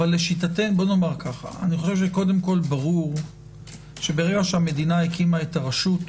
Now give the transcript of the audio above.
אני חושב שברור שברגע שהמדינה הקימה את הרשות,